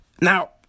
now